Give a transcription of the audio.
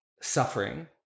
suffering